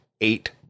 Eight